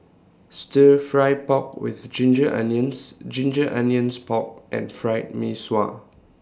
Stir Fry Pork with Ginger Onions Ginger Onions Pork and Fried Mee Sua